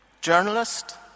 journalist